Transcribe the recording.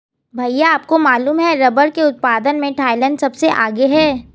भैया आपको मालूम है रब्बर के उत्पादन में थाईलैंड सबसे आगे हैं